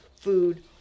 food